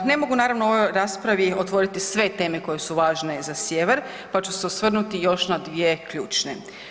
Ne mogu naravno u ovoj raspravi otvoriti sve teme koje su važne za sjever, pa ću su osvrnuti još na dvije ključne.